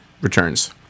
Returns